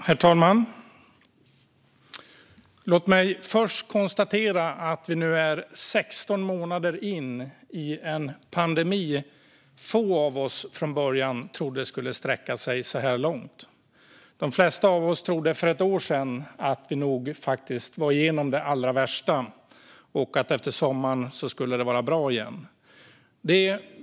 Herr talman! Låt mig först konstatera att vi nu har kommit 16 månader in i en pandemi som få av oss från början trodde skulle sträcka sig så här långt. För ett år sedan trodde de flesta av oss att vi nog var igenom det allra värsta och att det efter sommaren skulle vara bra igen.